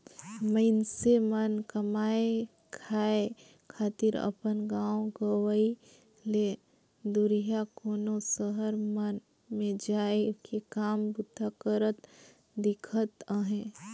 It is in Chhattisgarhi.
मइनसे मन कमाए खाए खातिर अपन गाँव गंवई ले दुरिहां कोनो सहर मन में जाए के काम बूता करत दिखत अहें